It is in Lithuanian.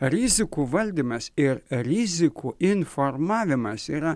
rizikų valdymas ir rizikų informavimas yra